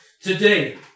today